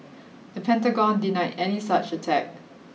the Pentagon denied any such attack